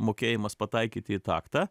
mokėjimas pataikyti į taktą